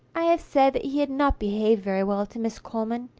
i have said that he had not behaved very well to miss coleman.